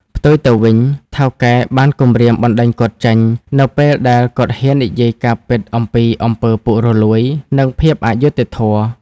ផ្ទុយទៅវិញ ថៅកែបានគំរាមបណ្តេញគាត់ចេញ នៅពេលដែលគាត់ហ៊ាននិយាយការពិតអំពីអំពើពុករលួយ និងភាពអយុត្តិធម៌។